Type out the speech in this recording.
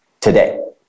today